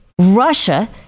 Russia